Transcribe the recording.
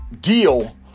deal